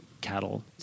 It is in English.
cattle